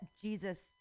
Jesus